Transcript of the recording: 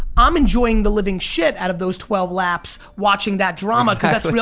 i'm enjoying the living shit out of those twelve laps watching that drama cause that's real.